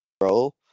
role